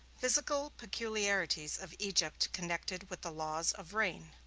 physical peculiarities of egypt connected with the laws of rain